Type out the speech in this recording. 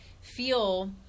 feel